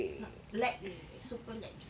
but black grey like super light